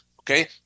Okay